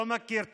לא מכיר תחנות,